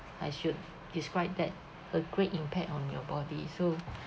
I should described that a great impact on your body so